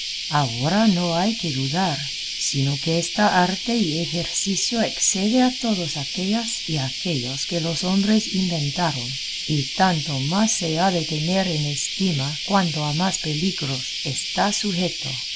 ahora no hay que dudar sino que esta arte y ejercicio excede a todas aquellas y aquellos que los hombres inventaron y tanto más se ha de tener en estima cuanto a más peligros está sujeto